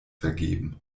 vergeben